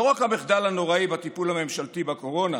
לא רק המחדל הנוראי בטיפול הממשלתי בקורונה